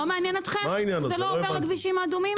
מעניין אתכם שזה לא עובר לכבישים האדומים?